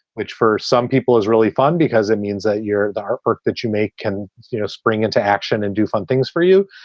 which for some people is really fun because it means that you're um work that you make can you know spring into action and do fun things for you.